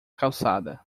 calçada